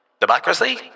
democracy